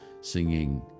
singing